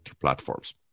platforms